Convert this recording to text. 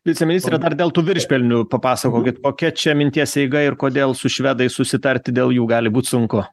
viceministre dar dėl tų viršpelnių papasakokit kokia čia minties eiga ir kodėl su švedais susitarti dėl jų gali būt sunku